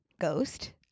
ghost